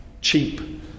cheap